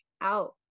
out